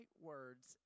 words